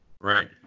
right